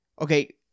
Okay